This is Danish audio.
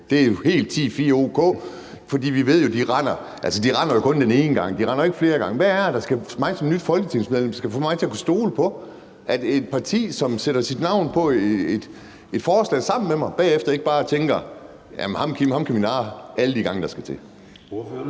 Det er jo helt 10-4, o.k., for vi ved jo, at de kun render den ene gang – de render jo ikke flere gange. Hvad er det, der skal få mig som nyt folketingsmedlem til at stole på, at et parti, som sætter sit navn på et forslag sammen med mig, bagefter ikke bare tænker: Jamen ham Kim kan vi narre alle de gange, der skal til?